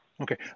Okay